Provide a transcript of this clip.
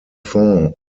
fonds